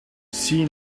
see